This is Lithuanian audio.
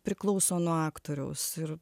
priklauso nuo aktoriaus ir